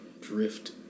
drift